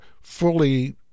fully